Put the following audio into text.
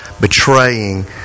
betraying